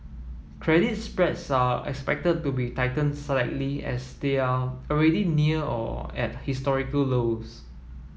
credit spreads are expected to be tightened slightly as they are already near or at historical lows